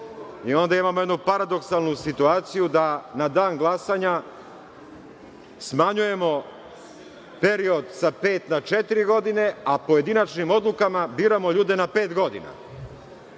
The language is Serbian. godina. Imamo jednu paradoksalnu situaciju da na dan glasanja smanjujemo period sa pet na četiri godine, a pojedinačnim odlukama biramo ljude na pet godina. To